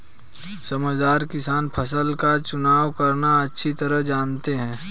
समझदार किसान फसल का चुनाव करना अच्छी तरह जानते हैं